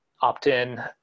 opt-in